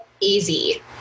easy